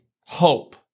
hope